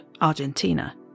Argentina